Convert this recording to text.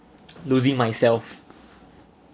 losing myself